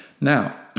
Now